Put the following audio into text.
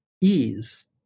ease